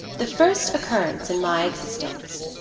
the first occurrence in my existence,